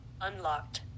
Unlocked